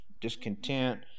discontent